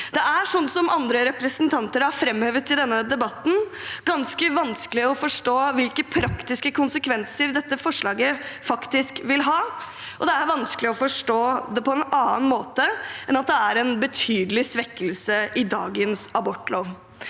Det er, slik som andre representanter har framhevet i denne debatten, ganske vanskelig å forstå hvilke praktiske konsekvenser dette forslaget faktisk vil ha. Det er også vanskelig å forstå det på noen annen måte enn at det innebærer en betydelig svekkelse av dagens abortlov.